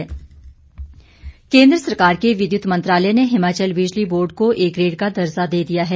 बिजली बोर्ड केंद्र सरकार के विद्युत मंत्रालय ने हिमाचल बिजली बोर्ड को ए ग्रेड का दर्जा दे दिया गया है